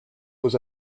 was